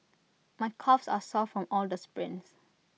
my calves are sore from all the sprints